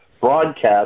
broadcast